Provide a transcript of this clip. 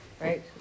right